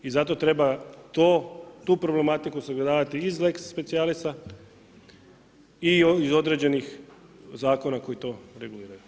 I zato treba tu problematiku sagledavati iz lex specialisa i određenih zakona koji to reguliraju.